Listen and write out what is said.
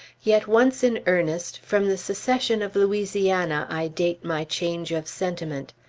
yet once in earnest, from the secession of louisiana i date my change of sentiment.